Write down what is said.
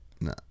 No